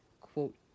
Quote